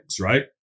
right